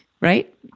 Right